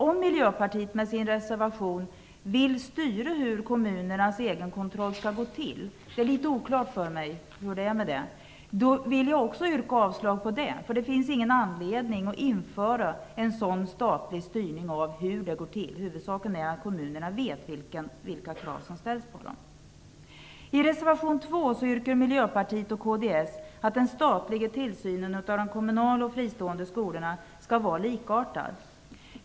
Om Miljöpartiet med sin reservation vill styra hur kommunernas egenkontroll skall gå till - jag tycker att det är litet oklart - vill jag också yrka avslag. Det finns ingen anledning att införa en sådan statlig styrning av hur det går till. Huvudsaken är att kommunerna vet vilka krav som ställs på dem. I reservation 2 yrkar Miljöpartiet och kds att den statliga tillsynen skall vara likartad för kommunala och fristående skolor.